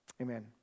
Amen